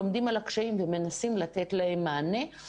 לומדים על הקשיים ומנסים לתת להם מענה.